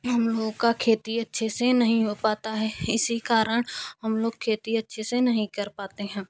हम लोगों का खेती अच्छे से नही हो पता है इसी कारण हम लोग खेती अच्छे से नहीं कर पाते हैं